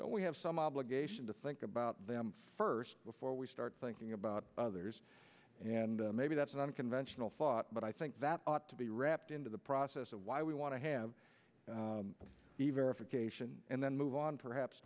we have some obligation to think about them first before we start thinking about others and maybe that's an unconventional thought but i think that ought to be wrapped into the process of why we want to have a verification and then move on perhaps